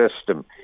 system